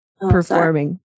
performing